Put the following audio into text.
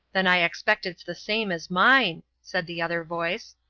then i expect it's the same as mine, said the other voice.